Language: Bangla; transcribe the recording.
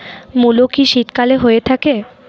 মূলো কি শীতকালে হয়ে থাকে?